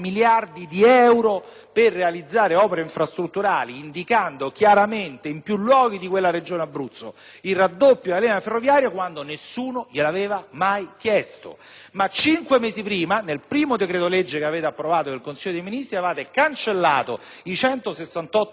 per realizzare opere infrastrutturali, indicando chiaramente, in più luoghi di quella Regione Abruzzo, il raddoppio della linea ferroviaria quando nessuno gliel'aveva mai chiesto. Ma cinque mesi prima, nel primo decreto-legge che avete approvato in Consiglio dei ministri, avete cancellato i 168 milioni di euro necessari